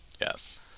Yes